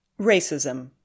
Racism